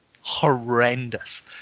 horrendous